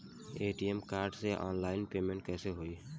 ATM card से online payment कैसे होई?